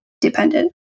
dependent